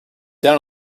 down